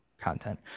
content